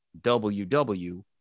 WW